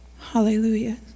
hallelujah